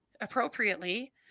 appropriately